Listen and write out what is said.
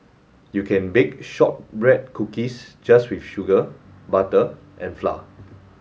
you can bake shortbread cookies just with sugar butter and flour